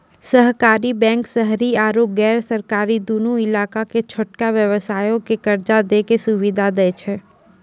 सहकारी बैंक शहरी आरु गैर शहरी दुनू इलाका मे छोटका व्यवसायो के कर्जा दै के सुविधा दै छै